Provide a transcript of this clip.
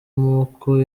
amaboko